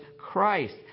christ